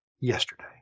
yesterday